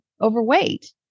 overweight